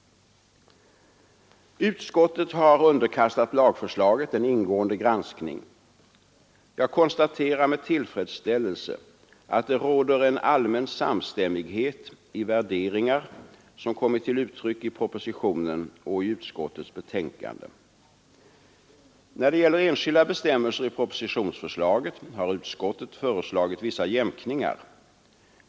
Utskottet har underkastat lagförslaget en ingående granskning. Jag konstaterar med tillfredsställelse att det råder en allmän samstämmighet i de värderingar som har kommit till uttryck i propositionsförslaget och i utskottets betänkande. När det gäller enskilda bestämmelser i propositionsförslaget har utskottet föreslagit vissa jämkningar.